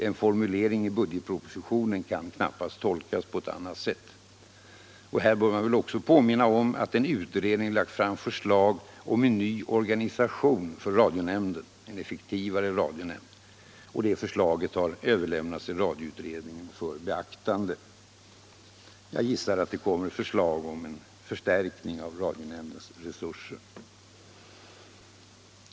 En formulering i budgetpropositionen kan knappast tolkas på annat sätt. Jag bör väl också påminna om att en utredning lagt fram förslag om en ny organisation för radionämnden som skall ge oss en effektivare radionämnd. Det förslaget har lämnats till radioutredningen för beaktande. Jag gissar att det kommer förslag om en förstärkning av radionämndens resurser.